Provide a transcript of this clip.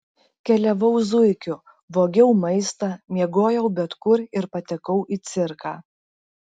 keliavau zuikiu vogiau maistą miegojau bet kur ir patekau į cirką